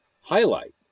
highlight